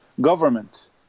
government